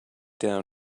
down